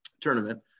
tournament